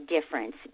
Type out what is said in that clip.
difference